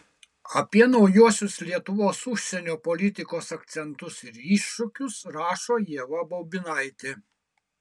apie naujuosius lietuvos užsienio politikos akcentus ir iššūkius rašo ieva baubinaitė